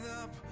up